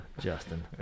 Justin